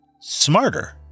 smarter